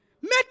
Make